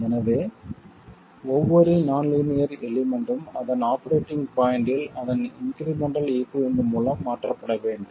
எனவே ஒவ்வொரு நான் லீனியர் எலிமெண்ட்டும் அதன் ஆபரேட்டிங் பாய்ண்ட்டில் அதன் இன்க்ரிமெண்ட்டல் ஈகுய்வலன்ட் மூலம் மாற்றப்பட வேண்டும்